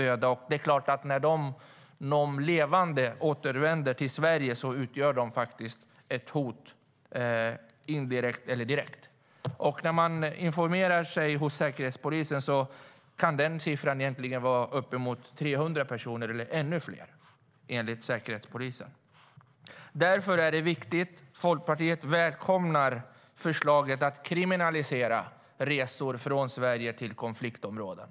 Överlevande som återvänder till Sverige utgör ett indirekt eller direkt hot. Enligt Säkerhetspolisens information kan den siffran stiga till uppemot 300 personer eller ännu fler. Folkpartiet välkomnar därför förslaget att kriminalisera resor från Sverige till konfliktområden.